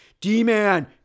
d-man